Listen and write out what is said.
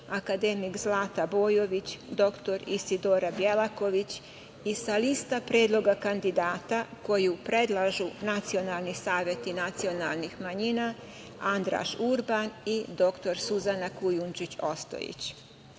akademik Zlata Bojović, dr Isidora Bjelaković i sa liste predloga kandidata koju predlažu nacionalni saveti nacionalnih manjina Andraš Urban i dr Suzana Kujundžić